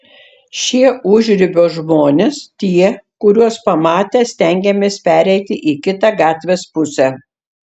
šie užribio žmonės tie kuriuos pamatę stengiamės pereiti į kitą gatvės pusę